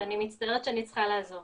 אני מצטערת שאני צריכה לעזוב.